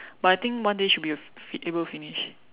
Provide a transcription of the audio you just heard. but I think one day should be able to finish